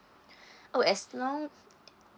oh as long